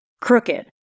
crooked